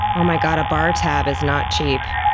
oh my god, a bar tab is not cheap.